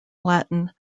latin